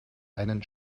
einen